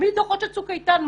מדוחות מורכבים של צוק איתן,